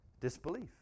disbelief